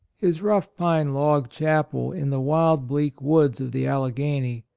his rough pine log chapel in the wild bleak woods of the alleghany,